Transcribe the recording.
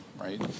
right